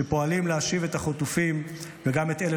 שפועלים להשיב את החטופים וגם את אלה